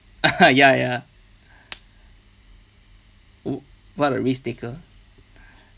ya ya oh what a risk taker